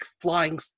flying